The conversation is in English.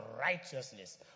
righteousness